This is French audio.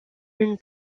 une